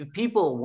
people